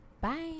Bye